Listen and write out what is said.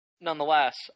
nonetheless